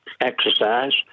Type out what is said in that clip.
exercise